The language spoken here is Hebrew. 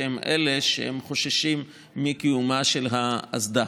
הם אלה שחוששים מקיומה של האסדה.